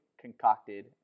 concocted